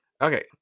Okay